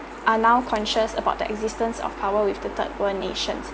are now conscious about the existence of power with the third world nations